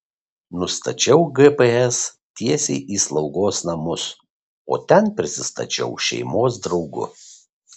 nustačiau gps tiesiai į slaugos namus o ten prisistačiau šeimos draugu